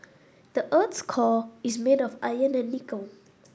the earth's core is made of iron and nickel